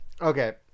Okay